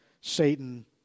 Satan